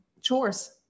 chores